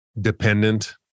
dependent